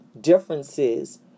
differences